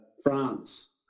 France